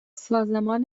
سازمان